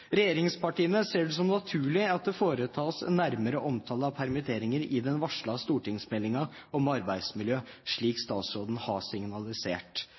Regjeringspartiene ser det som naturlig at det foretas en nærmere omtale av permitteringer i den varslede stortingsmeldingen om arbeidsmiljø, slik statsråden har signalisert.